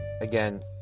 again